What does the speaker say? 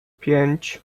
pięć